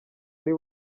ari